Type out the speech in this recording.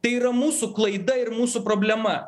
tai yra mūsų klaida ir mūsų problema